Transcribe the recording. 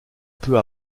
peu